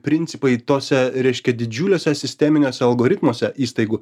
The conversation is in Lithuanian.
principai tose reiškia didžiuliuose sisteminiuose algoritmuose įstaigų